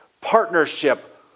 partnership